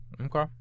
Okay